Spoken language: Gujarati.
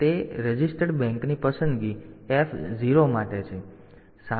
તેથી તે રજીસ્ટર્ડ બેંક પસંદગી F 0 માટે છે